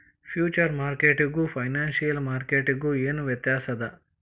Future ಮಾರ್ಕೆಟಿಗೂ financial ಮಾರ್ಕೆಟಿಗೂ ಏನ್ ವ್ಯತ್ಯಾಸದ?